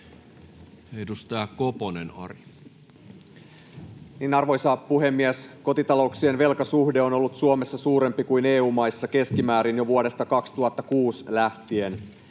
14:03 Content: Arvoisa puhemies! Kotitalouksien velkasuhde on ollut Suomessa suurempi kuin EU-maissa keskimäärin jo vuodesta 2006 lähtien.